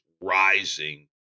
rising